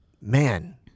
man